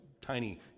tiny